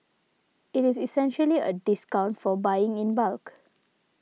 it is essentially a discount for buying in bulk